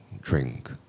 drink